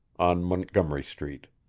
on montgomery street.